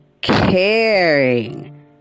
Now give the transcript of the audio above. Caring